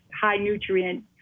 high-nutrient